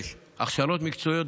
5. הכשרות מקצועיות,